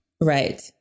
Right